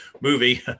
movie